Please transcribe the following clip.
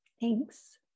Thanks